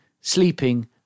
sleeping